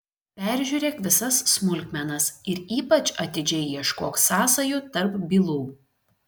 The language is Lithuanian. peržiūrėk visas smulkmenas ir ypač atidžiai ieškok sąsajų tarp bylų